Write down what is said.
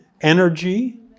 energy